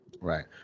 Right